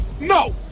No